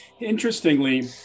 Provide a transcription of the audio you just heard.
Interestingly